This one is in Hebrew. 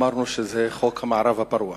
אמרנו שזה חוק המערב הפרוע.